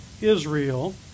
Israel